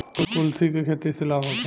कुलथी के खेती से लाभ होखे?